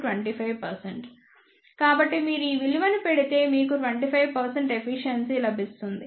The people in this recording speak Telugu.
ICQ⟶η25 కాబట్టి మీరు ఈ విలువలను పెడితే మీకు 25 ఎఫిషియెన్సీ లభిస్తుంది